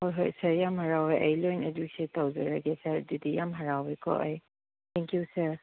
ꯍꯣꯏ ꯍꯣꯏ ꯁꯥꯔ ꯌꯥꯝ ꯍꯔꯥꯎꯌꯦ ꯑꯩ ꯂꯣꯏꯅ ꯑꯗꯨꯁꯨ ꯇꯧꯖꯔꯒꯦ ꯁꯥꯔ ꯑꯗꯨꯗꯤ ꯌꯥꯝ ꯍꯔꯥꯎꯋꯦꯀꯣ ꯑꯩ ꯊꯦꯡ ꯌꯨ ꯁꯥꯔ